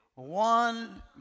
One